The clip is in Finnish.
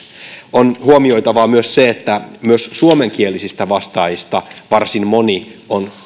on huomioitavaa myös se että myös suomenkielisistä vastaajista varsin moni on